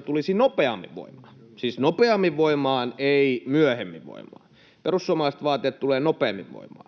tulisi nopeammin voimaan — siis nopeammin voimaan, ei myöhemmin voimaan. Perussuomalaiset vaativat, että se tulee nopeammin voimaan.